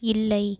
இல்லை